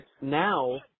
now